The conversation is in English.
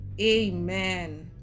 Amen